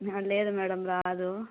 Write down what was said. లేదు మేడం రాదు